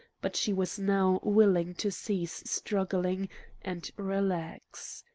but she was now willing to cease struggling and relax.